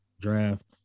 draft